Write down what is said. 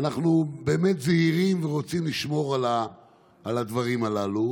אנחנו באמת זהירים ורוצים לשמור על הדברים הללו,